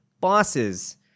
bosses